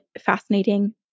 fascinating